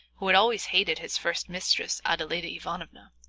who had always hated his first mistress, adeladda ivanovna,